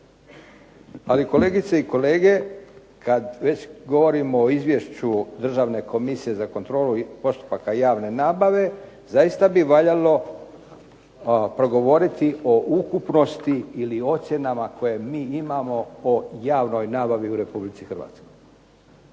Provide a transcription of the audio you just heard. Ali kolegice i kolege kada već govorimo o izvješću Državne komisije za kontrolu postupaka javne nabave, zaista bi valjalo progovoriti o ukupnosti ili ocjenama koje mi imamo o javnoj nabavi u Republici Hrvatskoj.